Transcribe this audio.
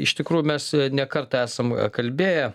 iš tikrųjų mes ne kartą esam kalbėję